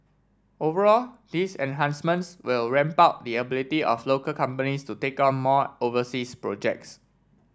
overall these enhancements will ramp up the ability of local companies to take on more overseas projects